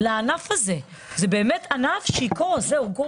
לענף הזה, כי אחרת הענף יקרוס,